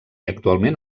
actualment